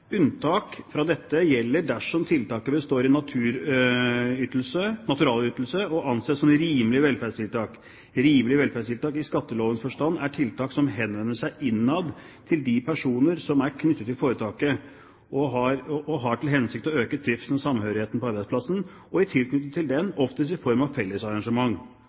Unntak fra skatteplikt gjelder dersom tiltaket består i en naturalytelse og anses som rimelig velferdstiltak.» Videre: «Velferdstiltak i skattelovens forstand er tiltak som: henvender seg innad til de personer som er knyttet til foretaket/bedriften, og har til hensikt å øke trivselen og samhørigheten på arbeidsplassen og i tilknytning til den, oftest i form av fellesarrangement.»